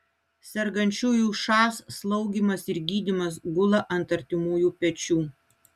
sergančiųjų šas slaugymas ir gydymas gula ant artimųjų pečių